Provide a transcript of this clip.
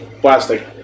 plastic